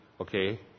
Okay